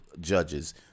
judges